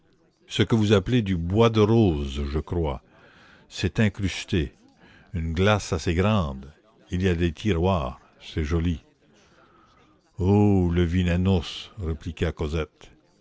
ce que vous appelez du bois de rose je crois c'est incrusté une glace assez grande il y a des tiroirs c'est joli hou le vilain ours répliqua cosette